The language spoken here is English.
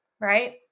right